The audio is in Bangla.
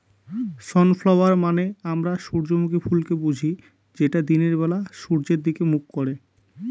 সনফ্ল্যাওয়ার মানে আমরা সূর্যমুখী ফুলকে বুঝি যেটা দিনের বেলা সূর্যের দিকে মুখ করে